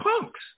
punks